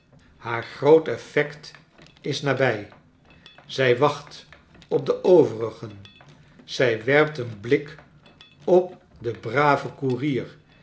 haar groot effect is nabij zij wacht op de overigen zij werpt een blik op den braven koerier